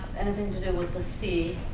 anything to do with the sea,